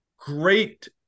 great